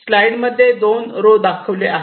slide मध्ये दोन row दाखविले आहेत